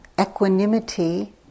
equanimity